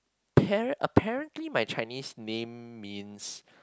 apparent apparently my Chinese name means